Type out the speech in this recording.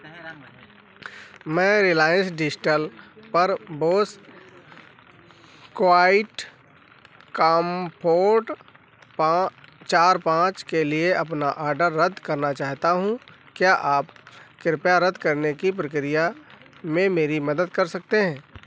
मैं रिलाइंस डिजटल पर Bose QuietComfort चार पाँच के लिए अपना आडर रद्द करना चाहता हूँ क्या आप कृपया रद्द करने की प्रक्रिया में मेरी मदद कर सकते हैं